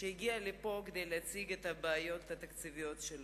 שהגיעה לפה כדי להציג את הבעיות התקציביות.